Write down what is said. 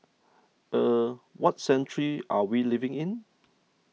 er what century are we living in